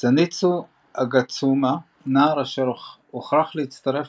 זניטסו אגאטסומה נער אשר הוכרח להצטרף